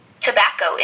Tobacco